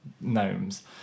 gnomes